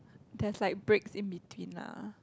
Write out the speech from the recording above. that's like break in between lah